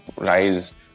rise